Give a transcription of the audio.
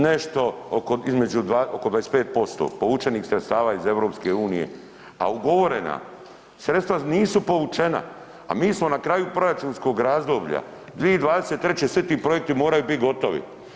Nešto između oko 25% povučenih sredstava iz EU, a ugovorena sredstva nisu povučena, a mi smo na kraju proračunskog razdoblja, 2023. svi ti projekti moraju biti gotovi.